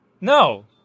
no